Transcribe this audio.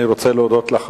אני רוצה להודות לך.